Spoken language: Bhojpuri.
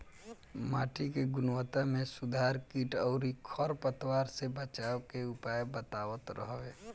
माटी के गुणवत्ता में सुधार कीट अउरी खर पतवार से बचावे के उपाय बतावत हवे